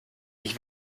ich